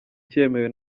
cyemewe